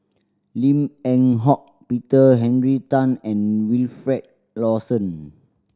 Lim Eng Hock Peter Henry Tan and Wilfed Lawson